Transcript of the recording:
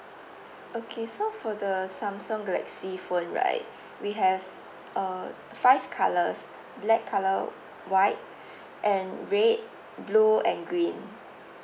okay so for the samsung galaxy phone right we have uh five colours black colour white and red blue and green